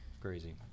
Crazy